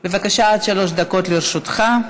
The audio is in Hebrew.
בבקשה, עד שלוש דקות לרשותך.